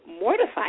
mortified